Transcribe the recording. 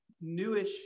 newish